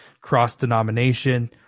cross-denomination